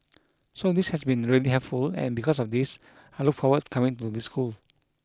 so this has been really helpful and because of this I look forward coming to this school